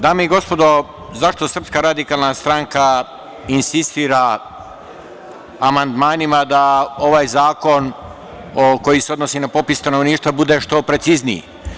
Dame i gospodo, zašto SRS insistira amandmanima da ovaj zakon koji se odnosi na popis stanovništva bude što precizniji?